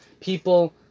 People